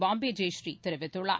பாம்பேஜெயப்ரீ தெரிவித்துள்ளார்